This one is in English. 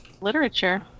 literature